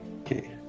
Okay